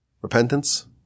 Repentance